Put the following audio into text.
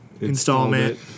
Installment